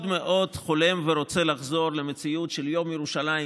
מאוד חולם ורוצה לחזור למציאות של יום ירושלים